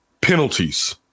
penalties